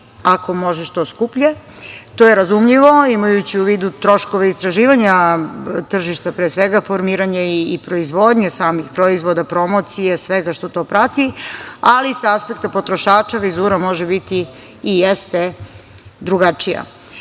ako može što skuplje. To je razumljivo imajući u vidu troškove istraživanja tržišta pre svega, formiranja i proizvodnje samih proizvoda, promocije, svega što to prati, ali sa aspekta potrošača vizira može biti i jeste drugačija. Krupan